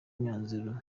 myanzuro